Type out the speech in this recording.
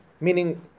Meaning